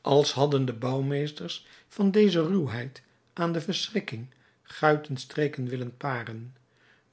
als hadden de bouwmeesters van deze ruwheid aan de verschrikking guitenstreken willen paren